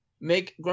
Make